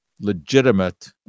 legitimate